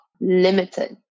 limited